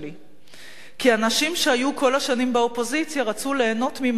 כי אנשים שהיו כל השנים באופוזיציה רצו ליהנות ממנעמי השלטון.